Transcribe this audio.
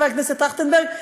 חבר הכנסת טרכטנברג,